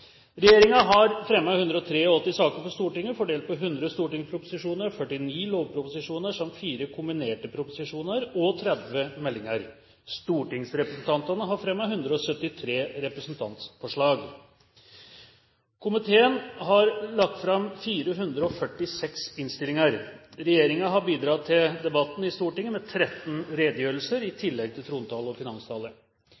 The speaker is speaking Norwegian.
har fremmet 183 saker for Stortinget, fordelt på 100 stortingsproposisjoner og 49 lovproposisjoner samt 4 kombinerte proposisjoner og 30 meldinger. Stortingsrepresentantene har fremmet 173 representantforslag. Komiteene har lagt fram 446 innstillinger. Regjeringen har bidratt til debattene i Stortinget med 13 redegjørelser i